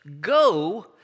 go